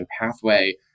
pathway